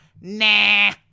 nah